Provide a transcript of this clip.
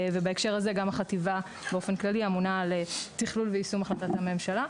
ובהקשר הזה גם החטיבה באופן כללי אמונה על תכלול ויישום החלטת הממשלה,